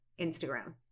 Instagram